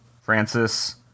Francis